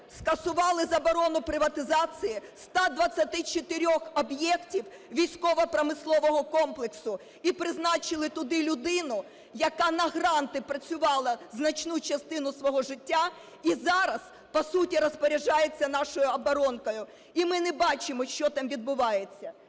скасували заборону приватизації 124 об'єктів військово-промислового комплексу і призначили туди людину, яка на гранти працювала значну частину свого життя і зараз по суті розпоряджається нашою оборонкою. І ми не бачимо, що там відбувається.